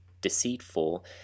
deceitful